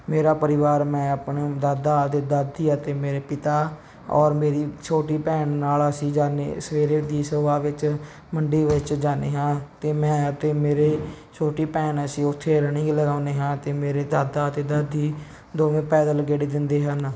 ਮੇਰਾ ਪਰਿਵਾਰ ਮੈਂ ਆਪਣੇ ਦਾਦਾ ਅਤੇ ਦਾਦੀ ਅਤੇ ਮੇਰੇ ਪਿਤਾ ਔਰ ਮੇਰੀ ਛੋਟੀ ਭੈਣ ਨਾਲ ਅਸੀਂ ਜਾਨੇ ਸਵੇਰੇ ਦੀ ਸੁਬਾਹ ਵਿੱਚ ਮੰਡੀ ਵਿੱਚ ਜਾਨੇ ਹਾਂ ਅਤੇ ਮੈਂ ਅਤੇ ਮੇਰੀ ਛੋਟੀ ਭੈਣ ਅਸੀਂ ਉੱਥੇ ਰਨਿੰਗ ਲਗਾਉਂਦੇ ਹਾਂ ਅਤੇ ਮੇਰੇ ਦਾਦਾ ਅਤੇ ਦਾਦੀ ਦੋਵੇਂ ਪੈਦਲ ਗੇੜੇ ਦਿੰਦੇ ਹਨ